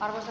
varmaan